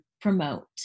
promote